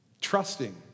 trusting